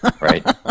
Right